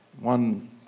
One